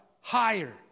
higher